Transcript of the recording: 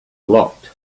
locked